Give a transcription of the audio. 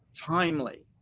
timely